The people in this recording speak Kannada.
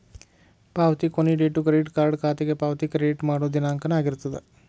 ಪಾವತಿ ಕೊನಿ ಡೇಟು ಕ್ರೆಡಿಟ್ ಕಾರ್ಡ್ ಖಾತೆಗೆ ಪಾವತಿ ಕ್ರೆಡಿಟ್ ಮಾಡೋ ದಿನಾಂಕನ ಆಗಿರ್ತದ